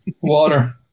Water